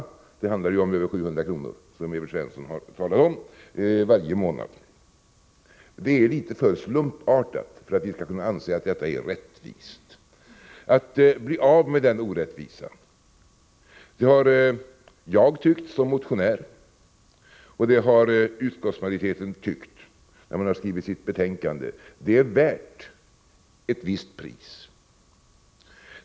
Det handlar om över 700 kr. varje månad, som Evert Svensson talade om. Detta är litet för slumpartat för att vi skall kunna anse att det är rättvist. Att bli av med den orättvisan — det har jag tyckt som motionär, och det har utskottsmajoriteten tyckt när man skrivit betänkandet — är värt ett visst pris.